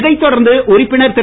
இதை தொடர்ந்து உறுப்பினர் திரு